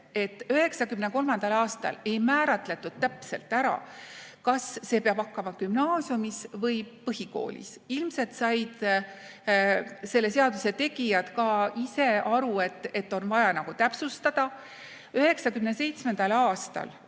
et 1993. aastal ei määratletud täpselt ära, kas see peab algama gümnaasiumis või põhikoolis. Ilmselt said selle seaduse tegijad ka ise aru, et on vaja täpsustada. 1997. aastal